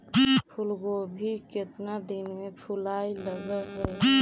फुलगोभी केतना दिन में फुलाइ लग है?